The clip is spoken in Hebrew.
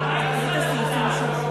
אין מסך.